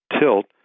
tilt